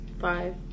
five